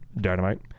dynamite